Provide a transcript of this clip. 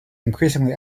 increasingly